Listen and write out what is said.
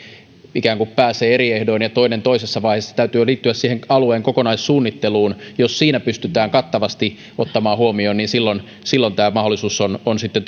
ikään kuin pääsee eri ehdoin ja toinen toisessa vaiheessa sen täytyy liittyä siihen alueen kokonaissuunnitteluun jos siinä pystytään kattavasti ottamaan se huomioon niin silloin silloin tämä mahdollisuus on on sitten